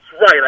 right